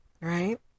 Right